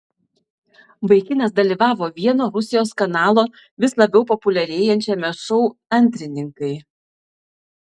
vaikinas dalyvavo vieno rusijos kanalo vis labiau populiarėjančiame šou antrininkai